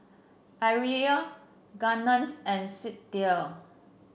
Ariel Garnett and Sydell